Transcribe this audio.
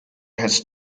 has